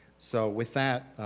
so with that,